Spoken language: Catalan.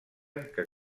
que